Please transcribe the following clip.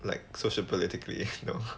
like social politically know